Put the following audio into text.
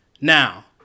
Now